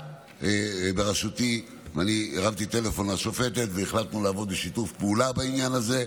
אני הרמתי טלפון לשופטת והחלטנו לעבוד בשיתוף פעולה בעניין הזה.